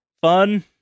fun